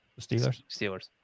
Steelers